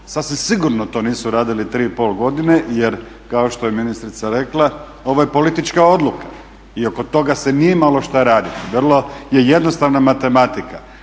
Sasvim sigurno to nisu radili tri i pol godine, jer kao što je ministrica rekla ovo je politička odluka i oko toga se nije imalo šta raditi. Vrlo je jednostavna matematika.